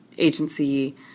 agency